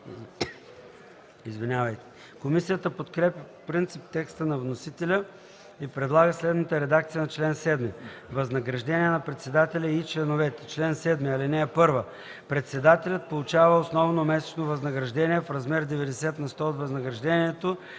предложението. Комисията подкрепя по принцип текста на вносителя и предлага следната редакция на чл. 7: „Възнаграждение на председателя и членовете „Чл. 7. (1) Председателят получава основно месечно възнаграждение в размер 90 на сто от възнаграждението